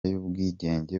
y’ubwigenge